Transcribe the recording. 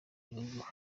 bihugu